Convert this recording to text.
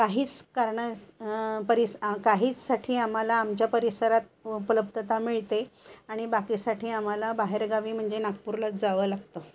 काहीच कारणा परिस काहीचसाठी आम्हाला आमच्या परिसरात उपलब्धता मिळते आणि बाकीसाठी आम्हाला बाहेरगावी म्हणजे नागपूरलाच जावं लागतं